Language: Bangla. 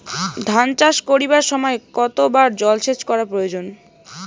ধান চাষ করিবার সময় কতবার জলসেচ করা প্রয়োজন?